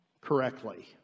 correctly